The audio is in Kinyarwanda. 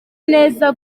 neza